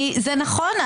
זה נכון,